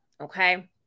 okay